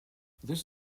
this